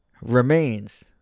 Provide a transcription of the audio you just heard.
remains